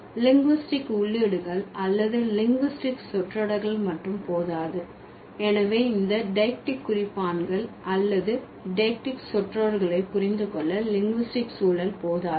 linguistic உள்ளீடுகள் அல்லது linguistic சொற்றொடர்கள் மட்டும் போதாது எனவே இந்த டெய்க்ட்டிக் குறிப்பான்கள் அல்லது டெய்க்ட்டிக் சொற்றொடர்களை புரிந்து கொள்ள லிங்குஸ்டிக் சூழல் போதாது